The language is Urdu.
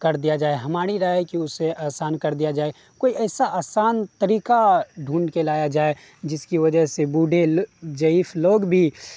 کر دیا جائے ہماری رائے ہے کہ اسے آسان کر دیا جائے کوئی ایسا آسان طریقہ ڈھونڈ کے لایا جائے جس کی وجہ سے بوڑھے ضعیف لوگ بھی